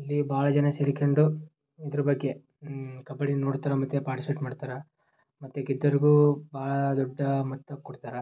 ಇಲ್ಲಿ ಭಾಳ ಜನ ಸೇರ್ಕೊಂಡು ಇದ್ರ ಬಗ್ಗೆ ಕಬಡ್ಡಿ ನೋಡ್ತಿರೋ ಮತ್ತು ಪಾರ್ಟಿಸಿಪೇಟ್ ಮಾಡ್ತಾರೆ ಮತ್ತು ಗೆದ್ದವರಿಗೂ ಭಾಳ ದೊಡ್ಡ ಮೊತ್ತ ಕೊಡ್ತಾರೆ